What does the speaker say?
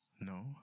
no